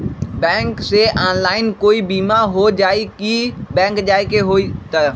Bank से online कोई बिमा हो जाई कि बैंक जाए के होई त?